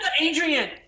Adrian